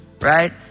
Right